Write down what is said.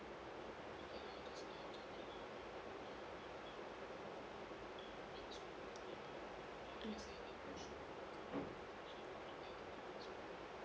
mm